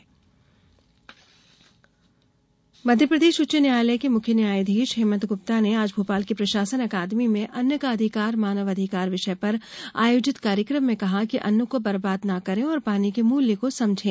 मानव अधिकार आयोग मध्यप्रदेश उच्च न्यायालय के मुख्य न्यायाधीश हेमंत गुप्ता ने आज भोपाल की प्रशासन अकादमी में अन्न का अधिकार मानव अधिकार विषय पर आयोजित कार्यक्रम में कहा कि अन्न को बरबाद न करें और पानी के मूल्य को समझें